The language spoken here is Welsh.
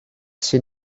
sydd